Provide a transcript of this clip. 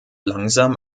langsam